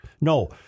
No